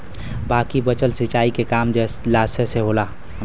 बाकी बचल सिंचाई के काम जलाशय से होला